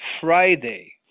Friday